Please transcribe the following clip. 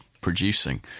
producing